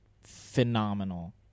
phenomenal